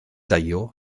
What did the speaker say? deio